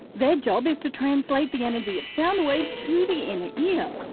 their job is to translate the energy of sound waves to the inner ear,